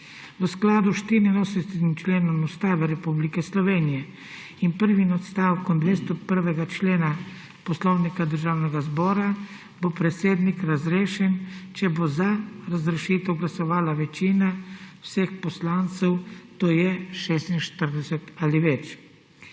V skladu s 84. členom Ustave Republike Slovenije in prvim odstavkom 201. člena Poslovnika Državnega zbora bo predsednik razrešen, če bo za razrešitev glasovala večina vseh poslancev, to je 46 ali več.